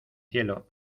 cielo